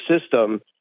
system